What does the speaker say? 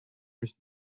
mich